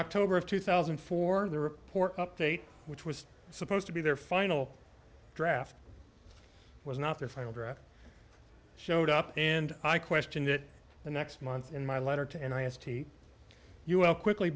october of two thousand and four the report update which was supposed to be their final draft was not their final draft showed up and i question that the next month in my letter to and i asked t you well quickly